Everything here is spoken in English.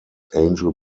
angel